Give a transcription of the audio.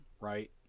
right